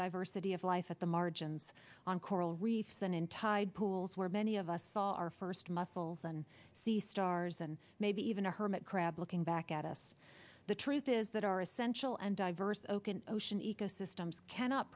diversity of life at the margins on coral reefs and in tide pools where many of us saw our first mussels and see stars and maybe even a hermit crab looking back at us the truth is that our essential and diverse open ocean ecosystems cannot